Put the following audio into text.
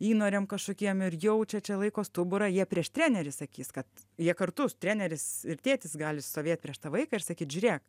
įnoriam kažkokiem ir jaučia čia laiko stuburą jie prieš trenerį sakys kad jie kartu treneris ir tėtis gali stovėt prieš tą vaiką ir sakyt žiūrėk